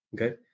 okay